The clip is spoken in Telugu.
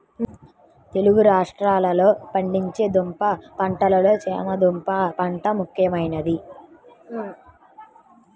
తెలుగు రాష్ట్రాలలో పండించే దుంప పంటలలో చేమ దుంప పంట ముఖ్యమైనది